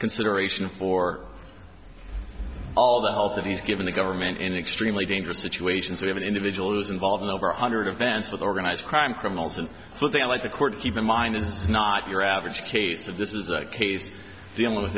consideration for all the help that he's given the government in extremely dangerous situations we have an individual who's involved in over one hundred events with organized crime criminals and something like the court keep in mind is not your average case of this is a case dealing with